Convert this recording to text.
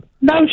No